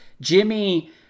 Jimmy –